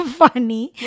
funny